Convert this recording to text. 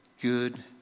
good